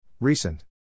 Recent